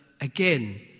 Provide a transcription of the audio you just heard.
again